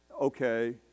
Okay